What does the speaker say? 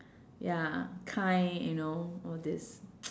ya kind you know all these